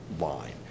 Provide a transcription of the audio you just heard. line